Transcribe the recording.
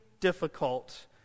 difficult